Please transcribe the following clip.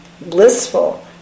blissful